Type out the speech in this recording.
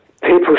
People